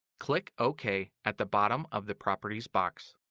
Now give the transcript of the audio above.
click ok at the bottom of the properties box.